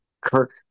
Kirk